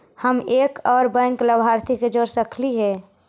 हम एक और बैंक लाभार्थी के जोड़ सकली हे?